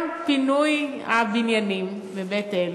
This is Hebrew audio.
גם פינוי הבניינים בבית-אל,